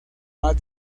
más